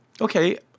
Okay